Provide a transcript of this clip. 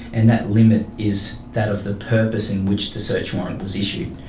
and that limit is that of the purpose in which the search warrant was issued.